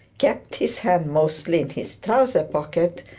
kept his hand mostly in his trousers pocket,